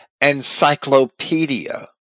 encyclopedia